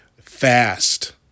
fast